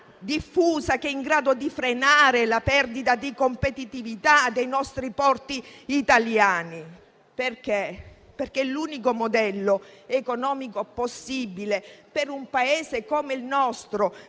diffusa che è in grado di frenare la perdita di competitività dei nostri porti italiani, perché l'unico modello economico possibile per un Paese come il nostro,